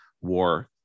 war